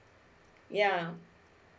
yeah